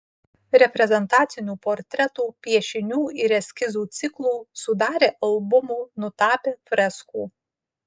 reprezentacinių portretų piešinių ir eskizų ciklų sudarė albumų nutapė freskų